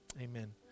amen